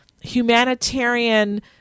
humanitarian